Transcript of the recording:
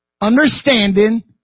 understanding